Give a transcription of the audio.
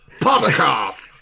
podcast